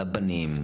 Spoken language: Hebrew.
על הבנים,